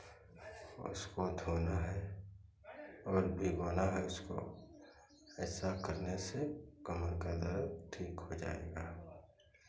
उसको धोना है और भिगोना है उसको ऐसा करने से कमर का दर्द ठीक हो जाएगा